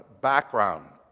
background